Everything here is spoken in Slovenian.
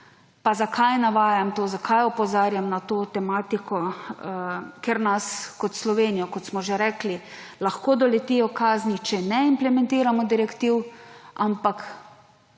Zakaj navajam to, zakaj opozarjam na to tematiko? Ker nas kot Slovenijo, kot smo že rekli, lahko doletijo kazni, če ne implementiramo direktiv, ampak